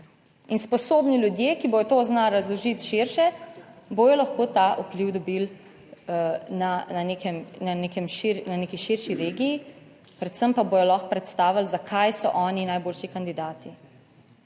in sposobni ljudje, ki bodo to znali razložiti širše, bodo lahko ta vpliv dobili na neki širši regiji, predvsem pa bodo lahko predstavili, zakaj so oni najboljši kandidati.